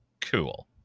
Cool